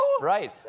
Right